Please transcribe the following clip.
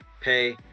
pay